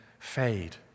fade